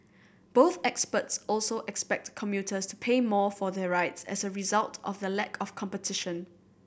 both experts also expect commuters to pay more for their rides as a result of the lack of competition